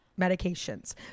medications